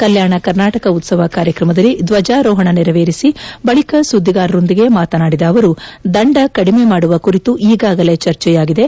ಕಲ್ಯಾಣ ಕರ್ನಾಟಕ ಉತ್ಸವ ಕಾರ್ಯಕ್ರಮದಲ್ಲಿ ಧ್ವಜಾರೋಹಣ ನೆರವೇರಿಸಿ ಬಳಿಕ ಸುದ್ದಿಗಾರರೊಂದಿಗೆ ಮಾತನಾಡಿದ ಅವರು ದಂಡ ಕಡಿಮೆ ಮಾಡುವ ಕುರಿತು ಈಗಾಗಲೇ ಚರ್ಚೆಯಾಗಿದೆ